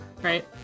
right